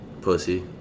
Pussy